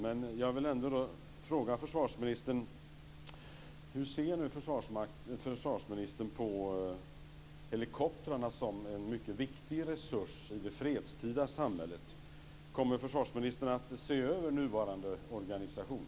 Men jag vill ändå fråga försvarsministern: Hur ser försvarsministern på helikoptrarna som en mycket viktig resurs i det fredstida samhället? Kommer försvarsministern att se över nuvarande organisation?